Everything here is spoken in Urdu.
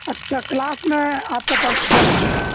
اچھا کلاس میں آپ کا پرس گم ہو گیا